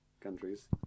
countries